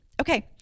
Okay